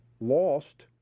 lost